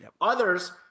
Others